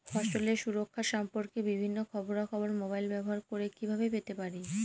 ফসলের সুরক্ষা সম্পর্কে বিভিন্ন খবরা খবর মোবাইল ব্যবহার করে কিভাবে পেতে পারি?